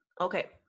Okay